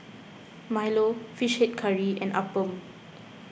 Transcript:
Milo Fish Head Curry and Appam